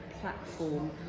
platform